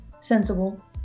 sensible